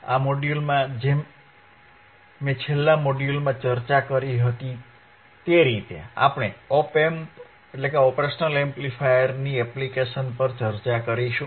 આ મોડ્યુલમાં જેમ મેં છેલ્લા મોડ્યુલમાં ચર્ચા કરી હતી તે રીતે આપણે ઓપ એમ્પની એપ્લીકેશન પર ચર્ચા કરીશું